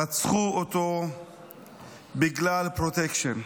רצחו אותו בגלל פרוטקשן.